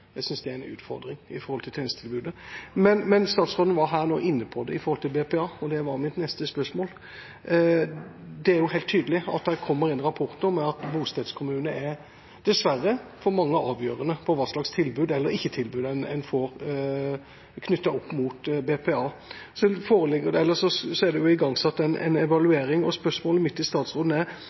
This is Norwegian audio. Jeg synes det er en utfordring med tanke på tjenestetilbudet. Statsråden var nå inne på dette med BPA, og det var mitt neste spørsmål. Det er helt tydelig, som det har kommet fram i en rapport, at bostedskommune dessverre for mange er avgjørende for hva slags tilbud – eller ikke tilbud – en får knyttet opp mot BPA. Så er det igangsatt en evaluering. Spørsmålet mitt til statsråden er: Når foreligger den evalueringen, og hva tenker statsråden